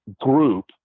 group